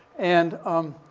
and, um,